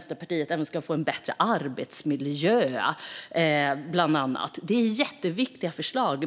stöttar, även få en bättre arbetsmiljö, bland annat. Det är jätteviktiga förslag.